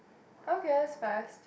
okay that's fast